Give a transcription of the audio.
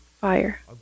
fire